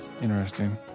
Interesting